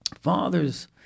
fathers